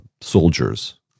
soldiers